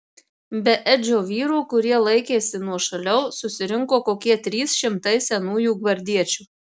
be edžio vyrų kurie laikėsi nuošaliau susirinko kokie trys šimtai senųjų gvardiečių